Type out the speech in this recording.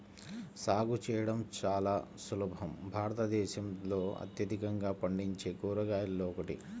సాగు చేయడం చాలా సులభం భారతదేశంలో అత్యధికంగా పండించే కూరగాయలలో ఒకటి